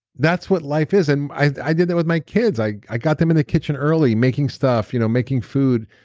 that's what life is and i did that with my kids. i i got them in the kitchen early making stuff, you know making food.